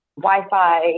Wi-Fi